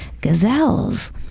gazelles